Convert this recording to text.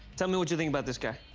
tell me what you think about this guy.